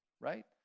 right